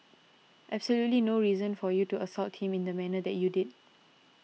absolutely no reason for you to assault him in the manner that you did